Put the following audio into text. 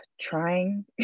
trying